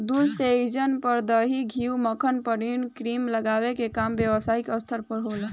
दूध से ऐइजा पर दही, घीव, मक्खन, पनीर, क्रीम बनावे के काम व्यवसायिक स्तर पर होला